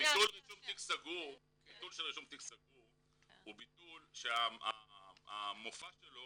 רישום תיק סגור הוא ביטול שהמופע שלו